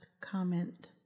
comment